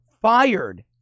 fired